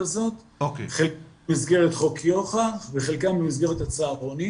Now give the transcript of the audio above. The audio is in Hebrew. הזאת חלקם במסגרת חוק --- וחלקם במסגרת הצהרונים